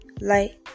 light